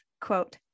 quote